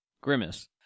Grimace